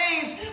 days